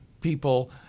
people